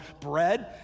bread